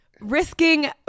risking